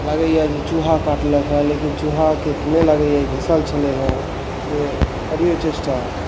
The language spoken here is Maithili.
लागैया जे चूहा काटलक हँ लेकिन चूहाके तऽ नहि लागैया ई घीसल छलै हँ से करियो चेष्टा